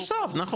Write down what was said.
הוא הוסב, נכון.